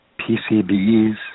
PCBs